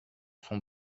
sont